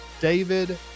David